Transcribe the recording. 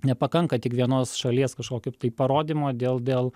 nepakanka tik vienos šalies kažkokio tai parodymo dėl dėl